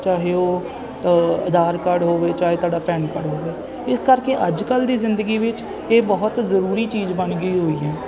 ਚਾਹੇ ਉਹ ਆਧਾਰ ਕਾਰਡ ਹੋਵੇ ਚਾਹੇ ਤੁਹਾਡਾ ਪੈਨ ਕਾਰਡ ਹੋਵੇ ਇਸ ਕਰਕੇ ਅੱਜ ਕੱਲ੍ਹ ਦੀ ਜ਼ਿੰਦਗੀ ਵਿੱਚ ਇਹ ਬਹੁਤ ਜ਼ਰੂਰੀ ਚੀਜ਼ ਬਣ ਗਈ ਹੋਈ ਹੈ